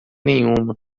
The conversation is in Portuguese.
nenhuma